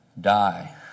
die